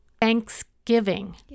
Thanksgiving